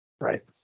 Right